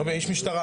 הוא איש משטרה,